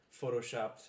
photoshopped